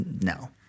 no